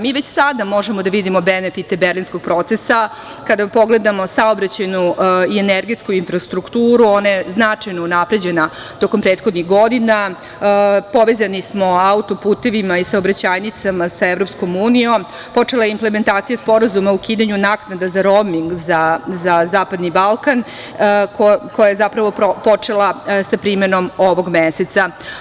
Mi već sada možemo da vidimo benefite berlinskog procesa kada pogledamo saobraćajnu i energetsku infrastrukturu, ona je značajno unapređena tokom prethodnih godina, povezani smo autoputevima i saobraćajnicama za EU, počela je implementacija Sporazuma o ukidanju naknada za roming za Zapadni Balkan, koja je zapravo počela sa primenom ovog meseca.